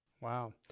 wow